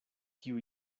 kiu